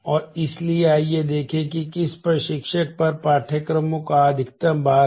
और इसलिए आइए देखें कि किस प्रशिक्षक पर पाठ्यक्रमों का अधिकतम भार है